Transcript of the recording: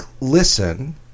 listen